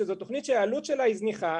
שזו תוכנית שהעלות שלה היא זניחה,